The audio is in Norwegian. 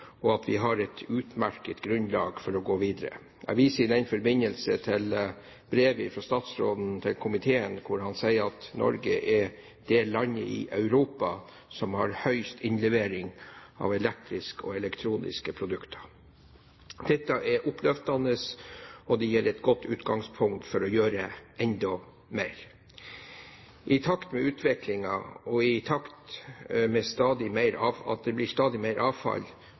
og at vi har et utmerket grunnlag for å gå videre. Jeg viser i den forbindelse til brevet fra statsråden til komiteen, hvor han sier at «Norge er det landet i Europa som har høyest innlevering av elektrisk og elektroniske produkter». Dette er oppløftende, og det gir et godt utgangspunkt for å gjøre enda mer. I takt med utviklingen og i takt med at det blir stadig mer avfall,